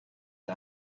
the